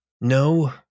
No